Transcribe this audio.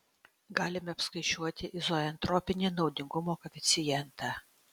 galime apskaičiuoti izoentropinį naudingumo koeficientą